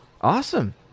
Awesome